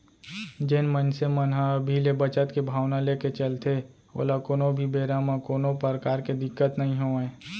जेन मनसे मन ह अभी ले बचत के भावना लेके चलथे ओला कोनो भी बेरा म कोनो परकार के दिक्कत नइ होवय